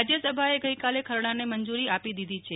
રાજ્યસભાએ ગઈકાલે ખરડાને મંજુરી આપી દીધી છે